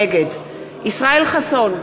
נגד ישראל חסון,